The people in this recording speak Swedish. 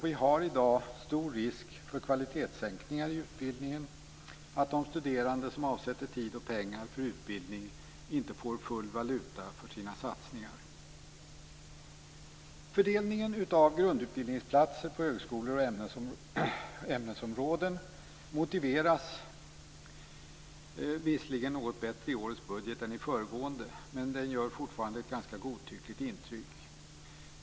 Vi har i dag stor risk för kvalitetssänkningar i utbildningen och att de studerande som avsätter tid och pengar för utbildning inte får full valuta för sina satsningar. Fördelningen av grundutbildningsplatser på högskolor och ämnesområden motiveras visserligen något bättre i årets budget än i föregående års. Men den gör fortfarande ett ganska godtyckligt intryck.